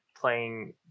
playing